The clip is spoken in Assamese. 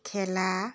খেলা